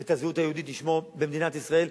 ואת הזהות היהודית לשמור במדינת ישראל,